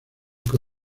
que